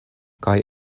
kaj